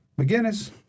McGinnis